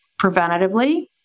preventatively